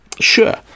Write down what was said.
sure